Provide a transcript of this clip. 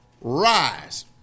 rise